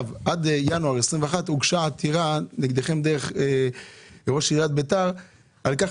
בינואר 2021 הוגשה נגדכם עתירה דרך ראש עיריית ביתר על כך